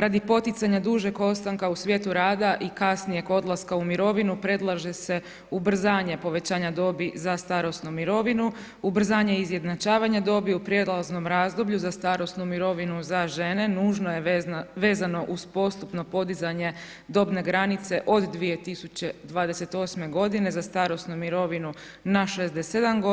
Radi poticanja dužeg ostanaka u svijetu rada i kasnijeg odlaska u mirovinu, predlaže se ubrzanje povećanja dobi za starosnu mirovinu, ubrzanje izjednačavanja dobi u prijelaznom razdoblju za starosnu mirovinu za žene, nužno je vezano uz postupno podizanje dobne granice od 2028. g. za starosnu mirovinu na 67 g.